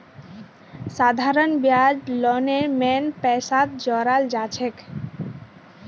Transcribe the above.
साधारण ब्याज लोनेर मेन पैसात जोड़ाल जाछेक